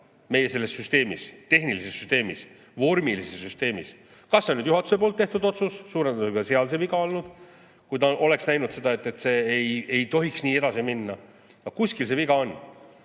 meie süsteemis, tehnilises süsteemis, vormilises süsteemis. Kas see on nüüd juhatuse tehtud otsus, suure tõenäosusega on seal see viga olnud, kui ta oleks näinud [ette] seda, et see ei tohiks nii edasi minna, aga kuskil see viga on.